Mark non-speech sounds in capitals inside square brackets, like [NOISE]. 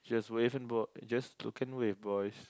just wave and [NOISE] just look and wave boys